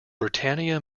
britannia